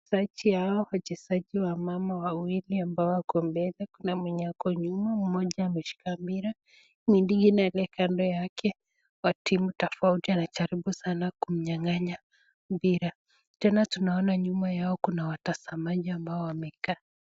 Wachezaji hao wachezaji wamama wawili ambao wako mbele kuna mwenye ako nyuma mmoja ameshika mpira mwingine aliye kando yake wa timu tofauti anajaribu sana kumnyanganya mpira tena tunaona nyuma yao kuna watazamaji ambao wamekaa.